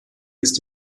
ist